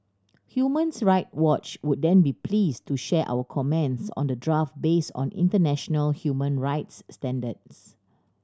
Human's Right Watch would then be pleased to share our comments on the draft based on international human rights standards